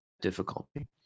difficulty